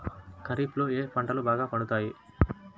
ఖరీఫ్లో ఏ పంటలు బాగా పండుతాయి?